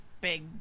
Big